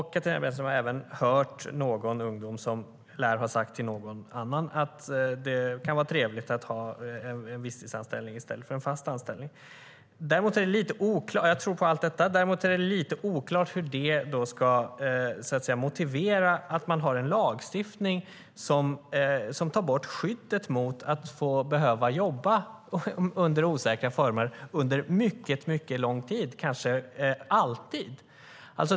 Katarina Brännström har även hört någon ungdom som lär ha sagt till någon att det kan vara trevligt att ha en visstidsanställning i stället för en fast anställning. Jag tror på allt detta. Däremot är det lite oklart hur det ska motivera en lagstiftning som tar bort skyddet mot att behöva jobba under osäkra former och under mycket lång tid, kanske alltid.